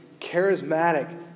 charismatic